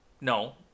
No